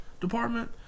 department